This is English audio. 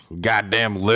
goddamn